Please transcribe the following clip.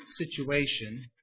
situation